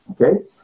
Okay